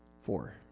Four